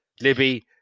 Libby